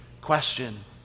question